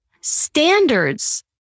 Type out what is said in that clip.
Standards